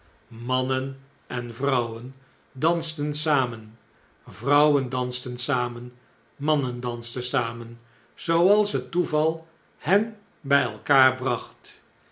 mannen en vrouwen dansten samen vrouwen dansten samen mannen dansten samen zooals het toeval hen bn elkaar bracht